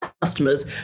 customers